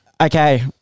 Okay